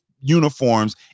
uniforms